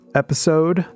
episode